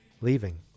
Leaving